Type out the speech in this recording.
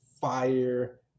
fire